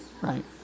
Right